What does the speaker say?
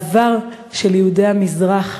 העבר של יהודי המזרח,